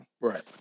Right